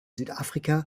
südafrika